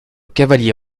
cavalier